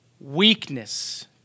weakness